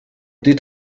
dit